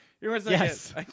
Yes